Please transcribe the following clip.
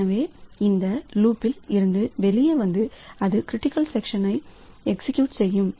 எனவே இது இந்த லூப்பில் இருந்து வெளியே வந்து அது க்ரிட்டிக்கல் செக்ஷனை எக்ஸிகியூட் செய்யும்